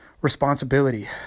responsibility